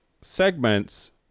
segments